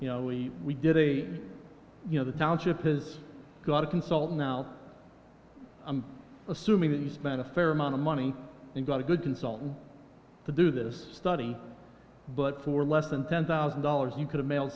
you know we we did a you know the township has got a consultant now i'm assuming that you spent a fair amount of money and got a good consultant to do this study but for less than ten thousand dollars you could